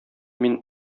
мин